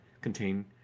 contain